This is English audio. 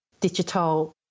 digital